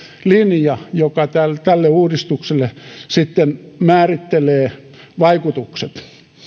linja joka tälle tälle uudistukselle sitten määrittelee vaikutukset